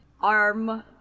arm